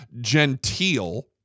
genteel